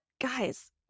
guys